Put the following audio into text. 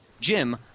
Jim